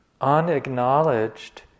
unacknowledged